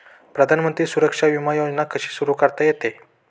प्रधानमंत्री सुरक्षा विमा योजना कशी सुरू करता येते?